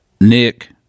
Nick